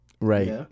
Right